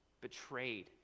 betrayed